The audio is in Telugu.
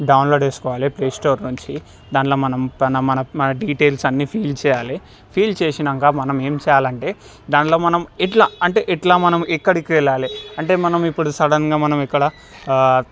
డౌన్లోడ్ చేసుకోవాలి ప్లేస్టోర్ నుంచి దాంట్లో మనం మన మన మన డీటెయిల్స్ అన్ని ఫిల్ చేయాలి ఫిల్ చేసినాక మనం ఏం చేయాలంటే దాంట్లో మనం ఇట్లా అంటే ఇట్లా మనం ఎక్కడికి వెళ్ళలి అంటే మనం ఇప్పుడు సడన్గా మనం ఇక్కడ